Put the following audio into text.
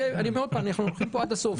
אנחנו הולכים כאן עד הסוף.